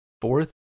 fourth